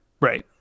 Right